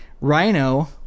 Rhino